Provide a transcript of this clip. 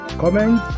comment